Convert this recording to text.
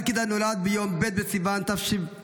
קאלקידן נולד באתיופיה ביום ב' בסיוון תשמ"ו,